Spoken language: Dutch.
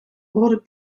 rode